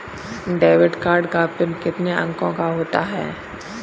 Debit card का PIN कितने अंकों का होता है?